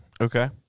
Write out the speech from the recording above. Okay